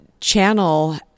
channel